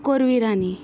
Kur Virani